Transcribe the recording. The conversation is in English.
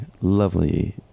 lovely